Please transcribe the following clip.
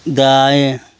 दाएँ